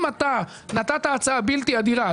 אם אתה נתת הצעה בלתי הדירה,